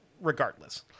regardless